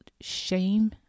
shame